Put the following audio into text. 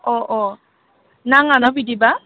अ अ नाङा ना बिदिब्ला